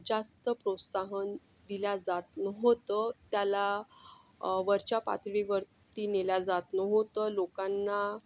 जास्त प्रोत्साहन दिले जात नव्हतं त्याला वरच्या पातळीवरती नेले जात नव्हतं लोकांना